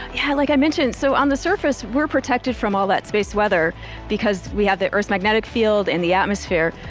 yeah, like i mentioned. so on the surface, we're protected from all that space weather because we have the earth's magnetic field, and the atmosphere.